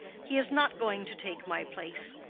he is not going to take my place.